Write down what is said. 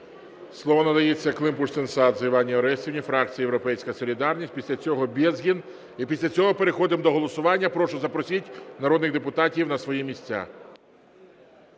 Слово надається Климпуш-Цинцадзе Іванні Орестівні, фракція "Європейська солідарність". Після цього Безгін. І після цього переходимо до голосування. Прошу, запросіть народних депутатів на свої місця.